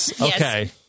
Okay